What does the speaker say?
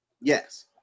Yes